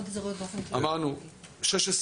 ישנן עוד 28 רשויות אופציונאליות,